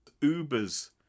Uber's